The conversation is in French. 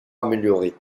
améliorée